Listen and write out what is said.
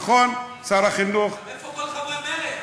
נכון, שר החינוך, איפה כל חברי מרצ?